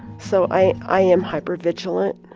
so, i i am hyper vigilant